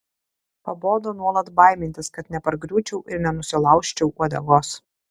pabodo nuolat baimintis kad nepargriūčiau ir nenusilaužčiau uodegos